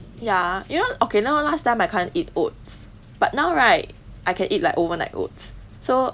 ya you know okay now last time I can't eat oats but now right I can eat like overnight oats so